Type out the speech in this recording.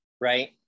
right